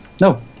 No